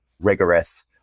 rigorous